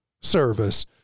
service